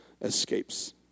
escapes